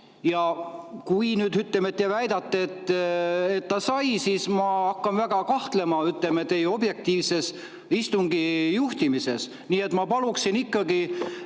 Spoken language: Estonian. Kui nüüd te väidate, et ta sai, siis ma hakkan väga kahtlema teie objektiivses istungi juhtimises. Nii et ma paluksin ikkagi